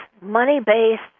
money-based